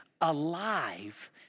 alive